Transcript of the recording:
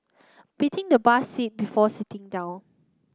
beating the bus seat before sitting down